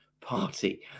party